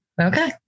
Okay